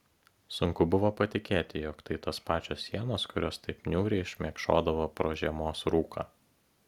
sunku buvo patikėti jog tai tos pačios sienos kurios taip niūriai šmėkšodavo pro žiemos rūką